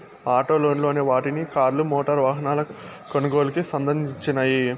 auto లోన్లు అనే వాటిని కార్లు, మోటారు వాహనాల కొనుగోలుకి సంధించినియ్యి